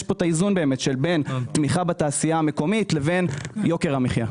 אנחנו יוצרים איזון בין תמיכה בתעשייה המקומית לבין יוקר המחייה.